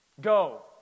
Go